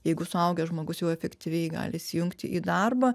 jeigu suaugęs žmogus jau efektyviai gali įsijungti į darbą